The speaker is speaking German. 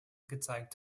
gezeigt